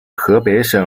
河北省